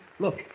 Look